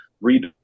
read